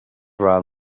ran